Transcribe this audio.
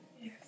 Yes